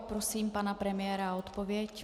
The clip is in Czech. Prosím pana premiéra o odpověď.